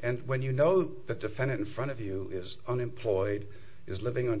and when you know the defendant in front of you is unemployed is living on